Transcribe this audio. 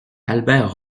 albert